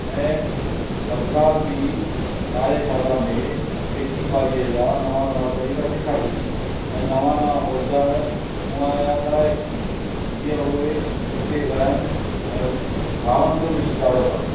ऐं सरकार बि कार्यशाला में खेती ॿाड़ीअ जा नवां नवां तरीक़ा सिखारे थी ऐं नवां नवां औज़ार मुआइना कराए थी जीअं उहे हिते रहनि ऐं गांवनि जो बि सुधारो कनि